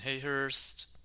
Hayhurst